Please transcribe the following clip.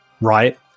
right